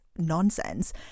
Nonsense